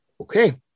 okay